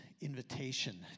invitation